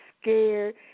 scared